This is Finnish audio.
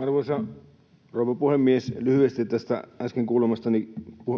Arvoisa rouva puhemies! Lyhyesti näistä äsken